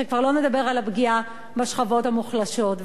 שכבר לא נדבר על הפגיעה בשכבות המוחלשות.